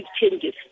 changes